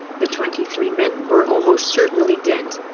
the twenty three men were almost certainly dead.